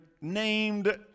named